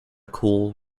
cool